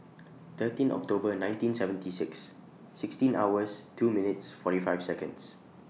thirteen October nineteen seventy six sixteen hours two minutes forty five Seconds